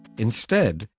instead,